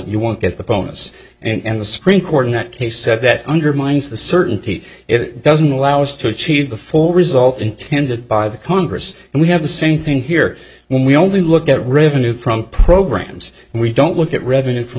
you won't get the bonus and the supreme court in that case said that undermines the certainty it doesn't allow us to achieve before result intended by the congress and we have the same thing here when we only look at revenue from programs and we don't look at revenue from